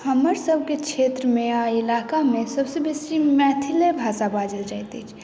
हमर सबके क्षेत्र मे आ इलाका मे सबसे बेसी मैथिले भाषा बाजल जाइत अछि